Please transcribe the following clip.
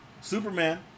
Superman